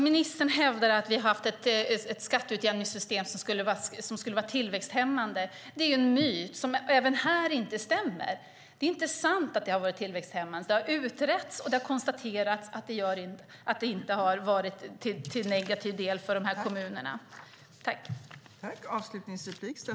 Ministern hävdar att vi har haft ett skatteutjämningssystem som skulle ha varit tillväxthämmande. Det är en myt som inte stämmer. Det är inte sant att det har varit tillväxthämmande. Det har utretts och det har konstaterats att det inte har varit till nackdel för kommunerna.